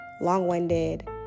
long-winded